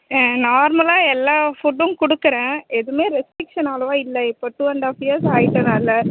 ஆ நார்மலாக எல்லா ஃபுட்டும் கொடுக்குறேன் எதுவுமே ரெஸ்டிக்ஷன் அவ்வளவா இல்லை இப்போ டூ அண்ட் ஆஃப் இயர்ஸ் ஆகிட்டனால